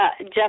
Jeff